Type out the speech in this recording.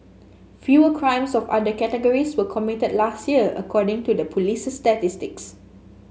fewer crimes of other categories were committed last year according to the police's statistics